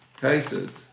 cases